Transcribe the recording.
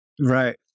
Right